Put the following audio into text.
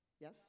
Yes